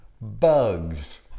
bugs